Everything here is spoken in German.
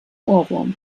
ohrwurm